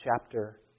chapter